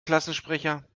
klassensprecher